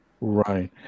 Right